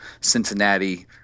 Cincinnati